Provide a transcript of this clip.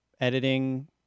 editing